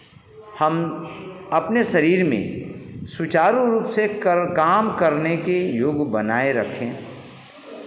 हम अपने शरीर में सुचारू रूप से कर काम करने के योग्य बनाए रखें